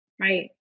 Right